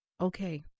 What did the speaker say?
Okay